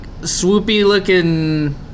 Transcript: swoopy-looking